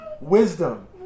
wisdom